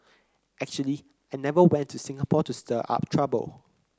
actually I never went to Singapore to stir up trouble